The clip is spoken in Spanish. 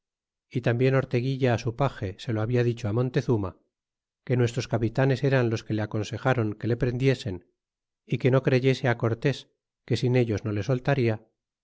y tambien orteguilla su page se lo habla dicho á montezuma que nuestros capitanes eran los que le aconsejaron que le prendiesen é que no creyese cortés que sin ellos no le soltarla